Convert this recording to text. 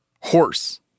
horse